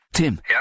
Tim